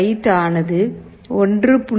write ஆனது 1